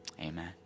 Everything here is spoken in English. Amen